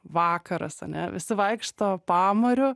vakaras ane visi vaikšto pamariu